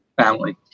family